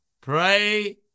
Pray